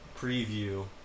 preview